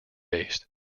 based